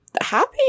happy